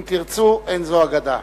אם תרצו אין זו אגדה.